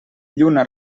lluna